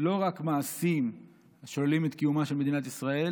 לא רק מעשים השוללים את קיומה של מדינת ישראל